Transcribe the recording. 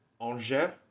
Angers